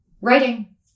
writing